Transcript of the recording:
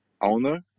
owner